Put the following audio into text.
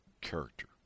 character